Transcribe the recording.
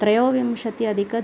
त्रयोविंशति अधिक